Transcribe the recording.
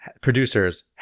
producers